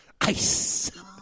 Ice